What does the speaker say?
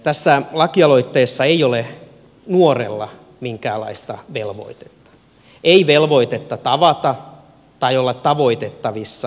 tässä lakialoitteessa ei ole nuorella minkäänlaista velvoitetta ei velvoitetta tavata tai olla tavoitettavissa